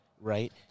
right